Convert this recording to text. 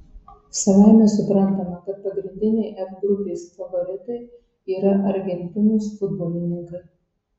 savaime suprantama kad pagrindiniai f grupės favoritai yra argentinos futbolininkai